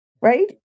right